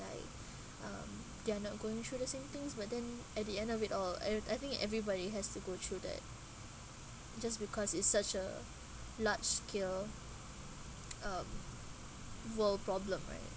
like um they are not going through the same things but then at the end of it all I I think that everybody has to go through that just because it's such a large scale um world problem right